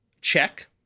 check